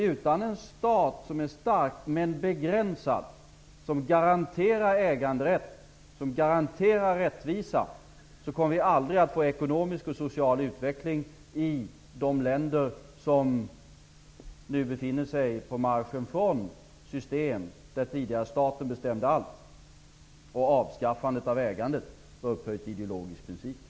Utan en stat som är stark, men begränsad, som garanterar äganderätt och rättvisa kommer vi aldrig att få ekonomisk och social utveckling i de länder som nu befinner sig på marschen från ett system, där staten tidigare bestämde allt och där avskaffandet av ägandet var upphöjt till ideologisk princip.